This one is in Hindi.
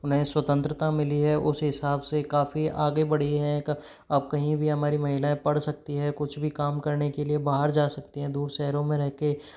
उन्हें स्वतंत्रता मिली है उस हिसाब से काफ़ी आगे बड़ी है अब कहीं भी हमारी महिलाएं पढ़ सकती हैं कुछ भी काम करने के लिए बाहर जा सकती हैं दूर शहरों में रह के